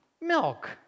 milk